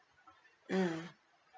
mm